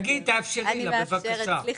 שגית, תאפשרי לה, בבקשה.